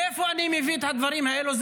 מאיפה אני מביא את הדברים האלה?